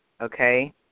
Okay